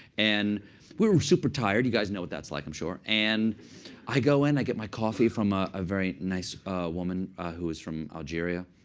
and we were super tired. you guys know what that's like, i'm sure. and i go in, i get my coffee from a ah very nice woman who was from algeria.